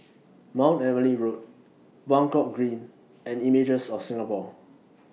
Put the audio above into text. Mount Emily Road Buangkok Green and Images of Singapore